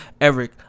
Eric